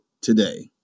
today